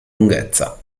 lunghezza